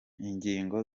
ingingo